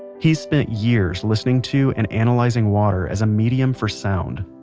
he's spent years listening to and analyzing water as a medium for sound